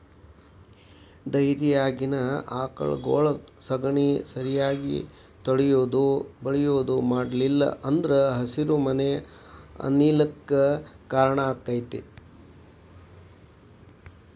ಡೈರಿಯಾಗಿನ ಆಕಳಗೊಳ ಸಗಣಿ ಸರಿಯಾಗಿ ತೊಳಿಯುದು ಬಳಿಯುದು ಮಾಡ್ಲಿಲ್ಲ ಅಂದ್ರ ಹಸಿರುಮನೆ ಅನಿಲ ಕ್ಕ್ ಕಾರಣ ಆಕ್ಕೆತಿ